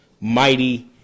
mighty